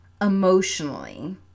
emotionally